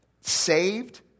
Saved